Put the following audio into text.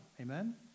Amen